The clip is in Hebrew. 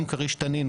גם כריש תנין,